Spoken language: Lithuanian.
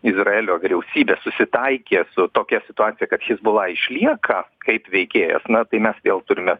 izraelio vyriausybė susitaikė su tokia situacija kad hizbula išlieka kaip veikėjas na tai mes vėl turime